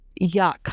Yuck